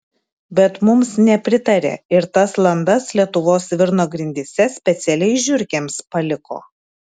bet mums nepritarė ir tas landas lietuvos svirno grindyse specialiai žiurkėms paliko